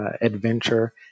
adventure